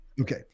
Okay